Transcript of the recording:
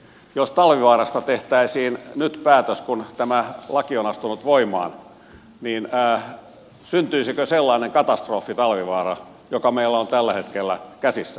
jos talvivaarasta tehtäisiin päätös nyt kun tämä laki on astunut voimaan niin syntyisikö sellainen katastrofi talvivaara joka meillä on tällä hetkellä käsissä